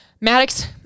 Maddox